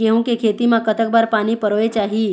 गेहूं के खेती मा कतक बार पानी परोए चाही?